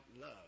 love